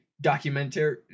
documentary